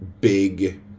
big